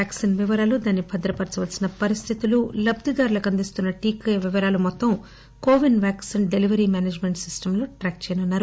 vaccine వివరాలు దాన్ని భద్రపరచాల్సిన పరిస్థితులు లబ్దిదారులకు అందిస్తున్న టీకా వివరాలు మొత్తం CoWIN vaccine delivery management system లో ట్రాక్ చేయనున్నారు